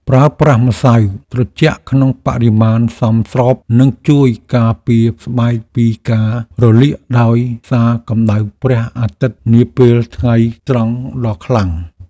ប្រើប្រាស់ម្សៅត្រជាក់ក្នុងបរិមាណសមស្របនឹងជួយការពារស្បែកពីការរលាកដោយសារកម្តៅព្រះអាទិត្យនាពេលថ្ងៃត្រង់ដ៏ខ្លាំង។